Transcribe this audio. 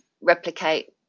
replicate